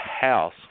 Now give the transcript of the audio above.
house